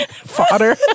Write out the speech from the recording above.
Fodder